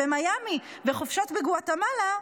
מיאמי וחופשות בגואטמלה,